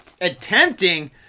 Attempting